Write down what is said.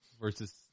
versus